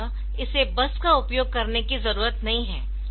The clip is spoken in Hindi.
इस तरह इसे बस का उपयोग करने की जरूरत नहीं है